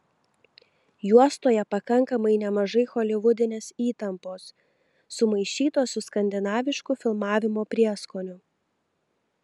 juostoje pakankamai nemažai holivudinės įtampos sumaišytos su skandinavišku filmavimo prieskoniu